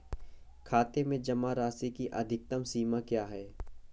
खाते में जमा राशि की अधिकतम सीमा क्या है?